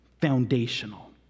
foundational